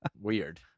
Weird